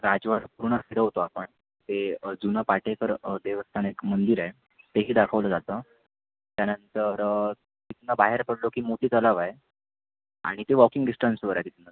राजवाडा पूर्ण फिरवतो आपण ते जुनं पाटेकर देवस्थान एक मंदिर आहे तेही दाखवलं जातं त्यानंतर तिथून बाहेर पडलो की मोतीतलाव आहे आणि ते वॉकिंग डिस्टन्सवर आहे तिथून